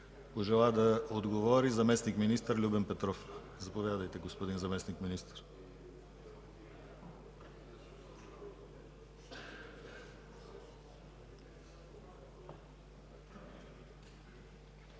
пожела да отговори заместник-министър Любен Петров. Заповядайте, господин Заместник-министър.